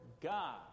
God